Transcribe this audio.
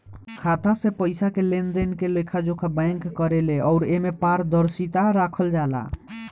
खाता से पइसा के लेनदेन के लेखा जोखा बैंक करेले अउर एमे पारदर्शिता राखल जाला